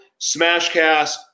smashcast